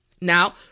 Now